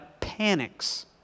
panics